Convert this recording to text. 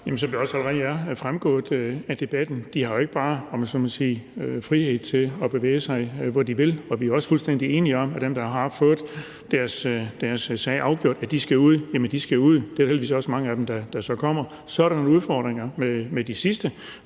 det også allerede er fremgået af debatten, har de jo ikke bare, om jeg så må sige, frihed til at bevæge sig, hvor de vil, og vi er også fuldstændig enige om, at dem, der har fået deres sag afgjort, skal ud. De skal ud, og det er der heldigvis også mange af dem der kommer. Så er der nogle udfordringer med de sidste,